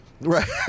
Right